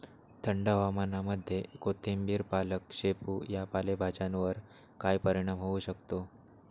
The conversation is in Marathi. थंड हवामानामध्ये कोथिंबिर, पालक, शेपू या पालेभाज्यांवर काय परिणाम होऊ शकतो?